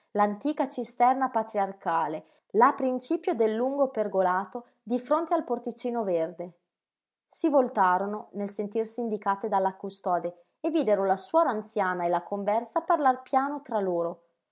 l'antica cisterna patriarcale là a principio del lungo pergolato di fronte al portoncino verde si voltarono nel sentirsi indicate dalla custode e videro la suora anziana e la conversa parlar piano tra loro